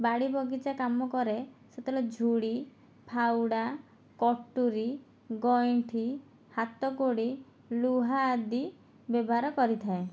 ବାଡି ବଗିଚା କାମ କରେ ସେତେବେଳେ ଝୁଡି ଫାଉଡା କଟୁରି ଗଇଁଠି ହାତ କୋଡ଼ି ଲୁହା ଆଦି ବ୍ୟବହାର କରିଥାଏ